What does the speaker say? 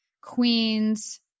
Queens